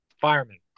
fireman